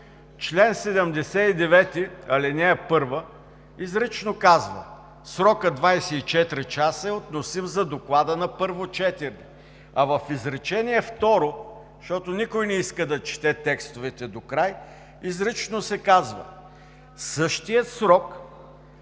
Член 79, ал. 1 изрично казва: „Срокът 24 часа е относим за доклада на първо четене.“ А в изречение второ, защото никой не иска да чете текстовете докрай, изрично се казва: „Същият срок,